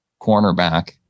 cornerback